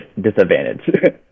disadvantage